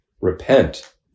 Repent